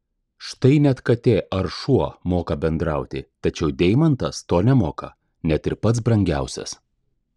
štai net katė ar šuo moka bendrauti tačiau deimantas to nemoka net ir pats brangiausias